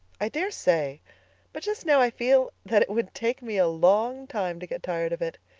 i daresay but just now i feel that it would take me a long time to get tired of it,